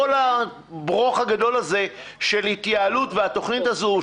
ובעצם גם משרד הבריאות וגם מדינות אחרות בעולם